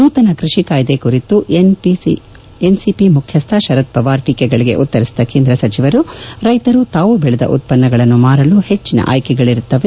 ನೂತನ ಕೃಷಿ ಕಾಯ್ದೆ ಕುರಿತು ಎನ್ಸಿಪಿ ಮುಖ್ಯಸ್ಥ ಶರದ್ ಪವಾರ್ ಟೀಕೆಗಳಿಗೆ ಉತ್ತರಿಸಿದ ಕೇಂದ್ರ ಸಚಿವರು ರೈತರು ತಾವು ಬೆಳೆದ ಉತ್ಪನ್ನಗಳನ್ನು ಮಾರಲು ಹೆಚ್ಚಿನ ಅಯ್ಕೆಗಳಿರುತ್ತವೆ